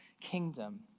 kingdom